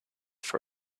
for